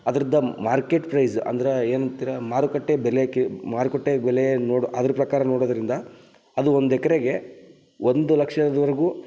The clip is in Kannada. ಅದ್ರದ್ದು ಆ ಮಾರ್ಕೆಟ್ ಪ್ರೈಸ್ ಅಂದ್ರೆ ಏನಂತೀರ ಮಾರುಕಟ್ಟೆ ಬೆಲೆ ಕೆ ಮಾರುಕಟ್ಟೆ ಬೆಲೆ ನೋಡೋ ಅದ್ರ ಪ್ರಕಾರ ನೋಡೋದರಿಂದ ಅದು ಒಂದು ಎಕ್ರೆಗೆ ಒಂದು ಲಕ್ಷದವರ್ಗೂ